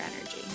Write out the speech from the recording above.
energy